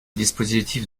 dispositif